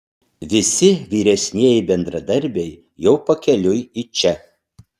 visi vyresnieji bendradarbiai jau pakeliui į čia